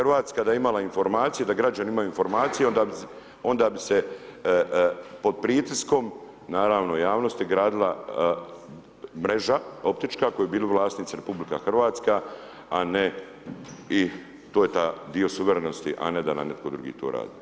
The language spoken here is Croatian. RH da je imala informaciju, da građani imaju informaciju onda bi se pod pritiskom, naravno, javnosti gradila mreža optička koji bi bili vlasnici RH, a ne i to je ta dio suverenosti, a ne da nam netko drugi to radi.